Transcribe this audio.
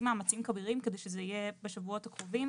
מאמצים כבירים כדי שזה יהיה בשבועות הקרובים.